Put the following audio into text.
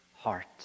heart